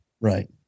Right